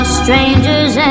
strangers